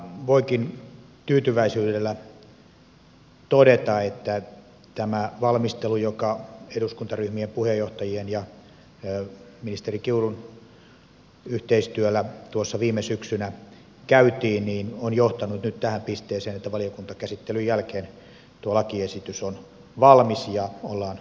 voikin tyytyväisyydellä todeta että tämä valmistelu joka eduskuntaryhmien puheenjohtajien ja ministeri kiurun yhteistyöllä tuossa viime syksynä tehtiin on johtanut nyt tähän pisteeseen että valiokuntakäsittelyn jälkeen tuo lakiesitys on valmis ja ollaan menossa kohti sen voimaantuloa